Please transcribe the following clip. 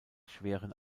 schweren